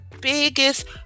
biggest